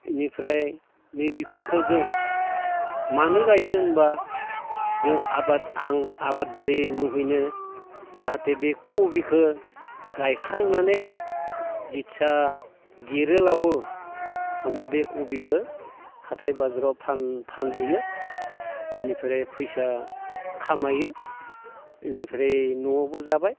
बेनिफ्राय नै बेफोरखौ जों मानो गायो होनबा जों आबाद आं आबादारि मुंयैनो जाहाथे बे कबिखौ गायखांनानै जेथिया देरो लावो होनबा बे कबिखौ हाथाय बाजाराव फानहैयो बेनिफ्राय फैसा खामायो बेनिफ्राय न'आवबो जाबाय